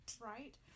Right